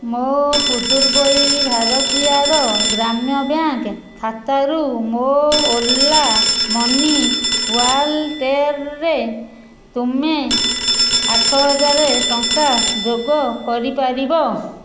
ମୋ ପୁର୍ଦୁବୈ ଭାରତିୟାର ଗ୍ରାମ୍ୟ ବ୍ୟାଙ୍କ୍ ଖାତାରୁ ମୋ ଓଲା ମନି ୱାଲେଟ୍ ରେ ତୁମେ ଆଠ ହଜାର ଟଙ୍କା ଯୋଗ କରିପାରିବ